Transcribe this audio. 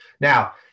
Now